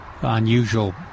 unusual